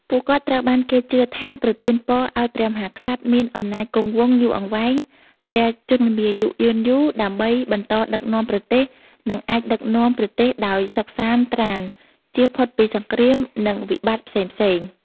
ពួកគាត់ត្រូវបានគេជឿថាប្រទានពរឲ្យព្រះមហាក្សត្រមាន អំណាចគង់វង្ស យូរអង្វែង ព្រះជន្មាយុយឺនយូរ ដើម្បីបន្តដឹកនាំប្រទេស និងអាច ដឹកនាំប្រទេសដោយសុខសាន្តត្រាន្ត ចៀសផុតពីសង្គ្រាម និងវិបត្តិផ្សេងៗ។